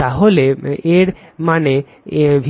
তাহলে এর মানে v